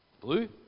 blue